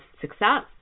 success